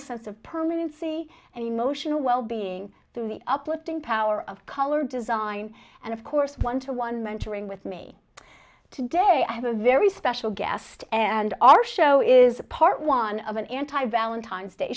permanency and emotional wellbeing through the uplifting power of color design and of course one to one mentoring with me today i have a very special guest and our show is part one of an anti valentine's day